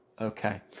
Okay